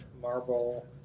marble